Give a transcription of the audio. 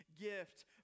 gift